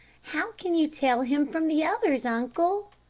how can you tell him from the others, uncle?